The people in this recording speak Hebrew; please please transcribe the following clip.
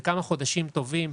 זה כמה חודשים טובים.